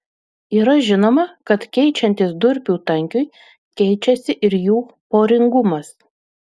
yra žinoma kad keičiantis durpių tankiui keičiasi ir jų poringumas